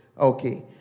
Okay